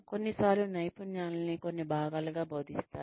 కొన్నిసార్లు నైపున్యాలని కొన్ని భాగాలుగా బోధిస్తారు